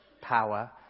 power